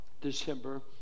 December